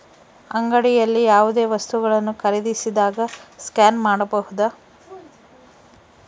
ಅಂಗಡಿಯಲ್ಲಿ ಯಾವುದೇ ವಸ್ತುಗಳನ್ನು ಖರೇದಿಸಿದಾಗ ಸ್ಕ್ಯಾನ್ ಮಾಡಬಹುದಾ?